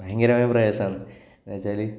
ഭയങ്കരമായ പ്രയാസമാണ് എന്നുവെച്ചാൽ